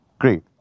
Great